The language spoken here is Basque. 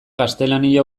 gaztelania